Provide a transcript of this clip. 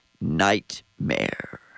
nightmare